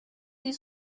die